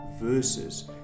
verses